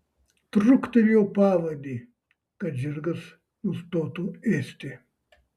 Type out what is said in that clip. truktelėjo pavadį kad žirgas nustotų ėsti